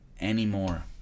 anymore